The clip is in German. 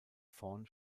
vorn